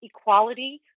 equality